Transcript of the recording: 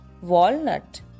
Walnut